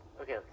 okay